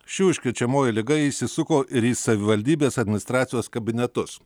ši užkrečiamoji liga įsisuko ir į savivaldybės administracijos kabinetus